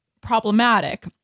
problematic